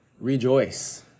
Rejoice